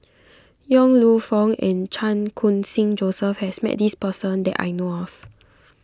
Yong Lew Foong and Chan Khun Sing Joseph has met this person that I know of